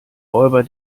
räuber